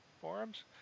forums